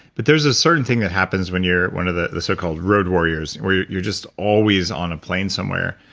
but there's a certain thing that happens when you're one of the the so called road warriors where you're just always on a plane somewhere.